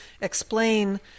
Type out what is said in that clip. explain